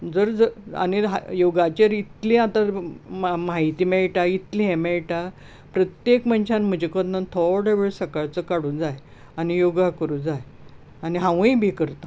जर जर आनी योगाचेर इतलें आतां म्हायती मेळटा इतलें हें मेळटा प्रत्येक मनश्यान म्हजे कोतान थोडे वेळ सकाळचो काडूं जाय आनी योगा करूं जाय आनी हांवूय बी करतां